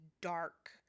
dark